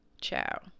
Ciao